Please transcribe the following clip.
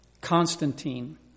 Constantine